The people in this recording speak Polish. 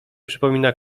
przypomina